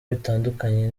bitandukaniye